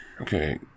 Okay